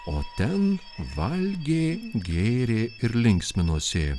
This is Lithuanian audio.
o ten valgė gėrė ir linksminosi